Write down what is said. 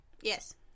Yes